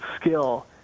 skill